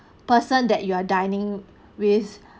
person that you are dining with